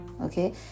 Okay